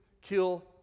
kill